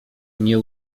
nie